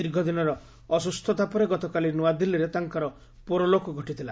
ଦୀର୍ଘଦିନର ଅସ୍ରସ୍ଥତା ପରେ ଗତକାଲି ନ୍ନଆଦିଲ୍ଲୀରେ ତାଙ୍କର ପରଲୋକ ଘଟିଥିଲା